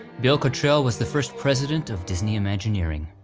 bill cottrell was the first president of disney imagineering,